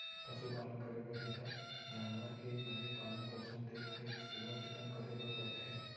पसु पालन करे बर हे त जानवर के बने पालन पोसन, देख रेख, सेवा जनत करे बर परथे